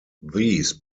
these